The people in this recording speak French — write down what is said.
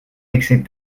excès